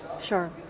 Sure